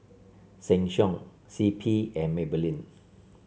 Sheng Siong C P and Maybelline